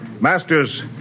Masters